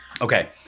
Okay